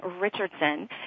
Richardson